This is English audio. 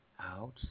out